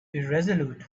irresolute